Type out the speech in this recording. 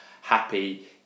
Happy